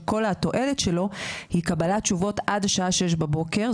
שכל התועלות שלו היא קבלת תשובות עד השעה 6:00 בבוקר.